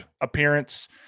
appearance